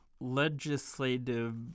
Legislative